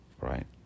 right